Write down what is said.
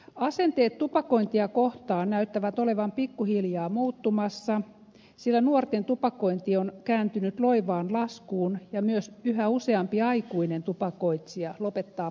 asenteet tupakointia kohtaan näyttävät olevan pikkuhiljaa muuttumassa sillä nuorten tupakointi on kääntynyt loivaan laskuun ja myös yhä useampi aikuinen tupakoitsija lopettaa polttamisen